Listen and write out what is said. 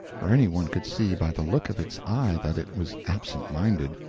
for any one could see by the look of its eye that it was absent-minded.